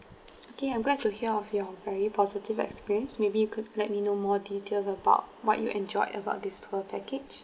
okay I'm glad to hear of your very positive experience maybe you could let me know more details about what you enjoyed about this tour package